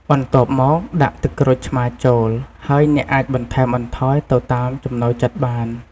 បន្ទាប់មកដាក់ទឹកក្រូចឆ្មាចូល ហើយអ្នកអាចបន្ថែមបន្ថយទៅតាមចំណូលចិត្តបាន។